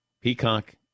Peacock